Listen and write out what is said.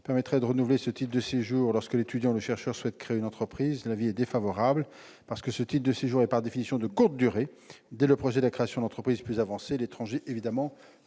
permettre de renouveler ce titre de séjour lorsque l'étudiant ou le chercheur souhaite créer une entreprise. L'avis de la commission est défavorable, parce que ce titre de séjour est par définition de courte durée. Dès que le projet de création d'entreprise est plus avancé, l'étranger peut évidemment